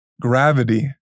Gravity